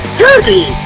dirty